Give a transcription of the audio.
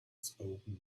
spoken